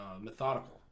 methodical